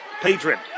Patron